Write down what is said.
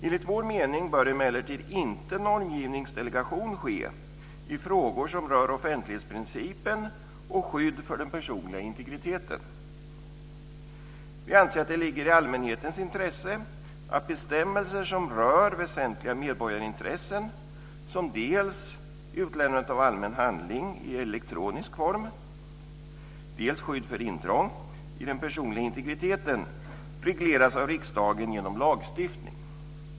Enligt vår mening bör emellertid inte normgivningsdelegation ske i frågor som rör offentlighetsprincipen och skydd för den personliga integriteten. Vi anser att det ligger i allmänhetens intresse att bestämmelser som rör väsentliga medborgarintressen som dels utlämnandet av allmän handling i elektronisk form, dels skydd för intrång i den personliga integriteten regleras av riksdagen genom lagstiftning.